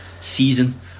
Season